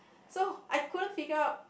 so I couldn't figure out